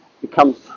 becomes